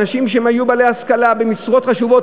אנשים שהיו בעלי השכלה במשרות חשובות,